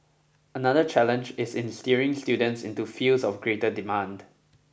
another challenge is in steering students into fields of greater demand